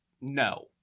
no